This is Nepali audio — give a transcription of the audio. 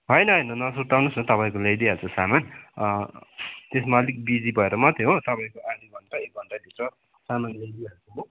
होइन होइन नसुर्ताउनुहोस् म तपाईँको ल्याइदिइहाल्छु सामान त्यसमा अलिक बिजी भएर मात्रै हो तपाईँको आधा घन्टा एक घन्टाभित्र सामान ल्याइ दिइहाल्छु म